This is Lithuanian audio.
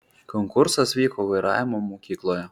konkursas vyko vairavimo mokykloje